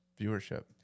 viewership